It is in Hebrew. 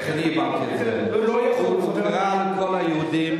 הוא קרא לכל היהודים,